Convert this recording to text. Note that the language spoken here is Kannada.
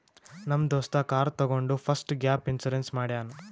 ನಮ್ ದೋಸ್ತ ಕಾರ್ ತಗೊಂಡ್ ಫಸ್ಟ್ ಗ್ಯಾಪ್ ಇನ್ಸೂರೆನ್ಸ್ ಮಾಡ್ಯಾನ್